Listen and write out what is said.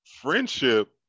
friendship